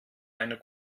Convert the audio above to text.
einer